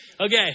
Okay